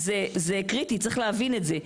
זה קריטי, צריך להבין את זה.